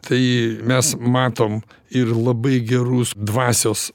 tai mes matom ir labai gerus dvasios